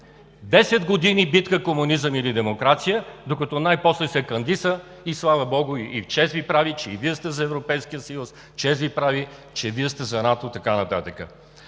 години битка комунизъм или демокрация, докато най-после се кандиса, слава богу, чест Ви прави, че и Вие сте за Европейския съюз, чест Ви прави, че и Вие сте за НАТО и така нататък.